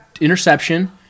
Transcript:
interception